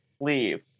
leave